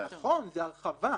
נכון, זה הרחבה.